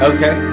Okay